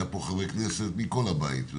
היו פה חברי כנסת מכל הבית,